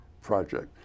project